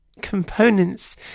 components